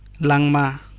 langma